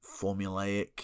formulaic